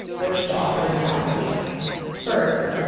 which the authors acknowledge first,